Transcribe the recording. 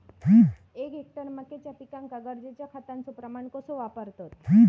एक हेक्टर मक्याच्या पिकांका गरजेच्या खतांचो प्रमाण कसो वापरतत?